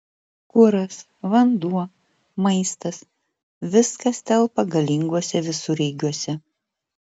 kuras vanduo maistas viskas telpa galinguose visureigiuose